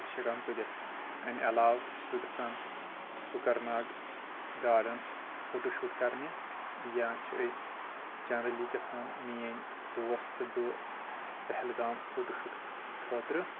photo چھ ہٮ۪کان تُلِتھ أمہِ علاو چھُس بہٕ گژھان کُکرناگ گاڑن فوٹو شوٗٹ کرنہِ یا چھ أسۍ جنرلی گژھان میٛأنۍ دوس تہٕ بہٕ پہلگام فوٹو شوٗٹ خأطرٕ